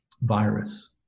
virus